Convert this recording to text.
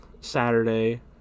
Saturday